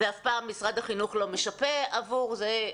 ואף פעם משרד החינוך לא משפה עבור זה.